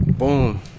Boom